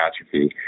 atrophy